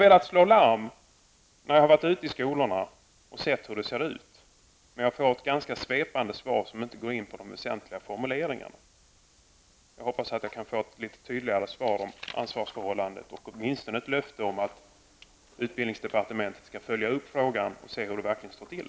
Efter att ha varit ute i skolorna och sett hur det ser ut har jag velat slå larm, men jag får ett ganska svepande svar som inte går in på de väsentliga formuleringarna. Jag hoppas att jag skall få ett förtydligande svar om ansvarsförhållandet, eller åtminstone ett löfte om att utbildningsdepartementet skall följa upp frågan för att se hur det verkligen står till.